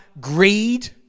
greed